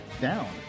down